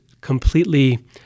completely